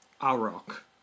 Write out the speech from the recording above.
A-Rock